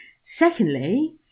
Secondly